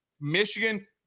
Michigan